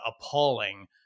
appalling